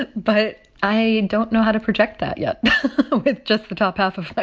but but i don't know how to project that yet with just the top half of but